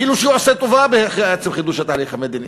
כאילו הוא עושה טובה בעצם חידוש התהליך המדיני.